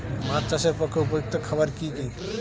মাছ চাষের পক্ষে উপযুক্ত খাবার কি কি?